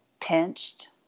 pinched